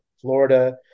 Florida